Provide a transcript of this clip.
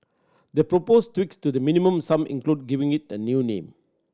the proposed tweaks to the Minimum Sum include giving it a new name